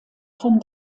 von